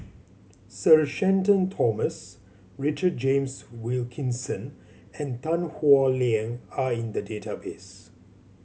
Sir Shenton Thomas Richard James Wilkinson and Tan Howe Liang are in the database